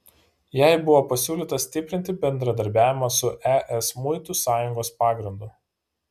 jai buvo pasiūlyta stiprinti bendradarbiavimą su es muitų sąjungos pagrindu